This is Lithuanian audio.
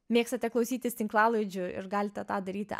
mėgstate klausytis tinklalaidžių ir galite tą daryti